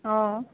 অঁ